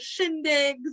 shindigs